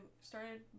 started